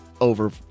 over